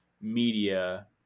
media